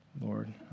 Lord